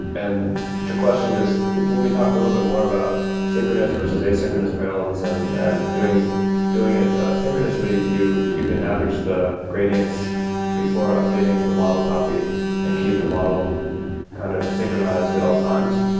and the question just when we talk a little bit more about synchronous versus asynchronous parallelism and doing doing it synchronously, you you can average the gradients before updating the model copy and keep the model kind of synchronized at all times.